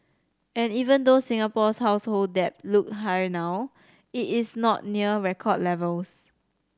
and even though Singapore's household debt look high now it is not near record levels